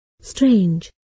Strange